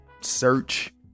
search